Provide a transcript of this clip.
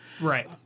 Right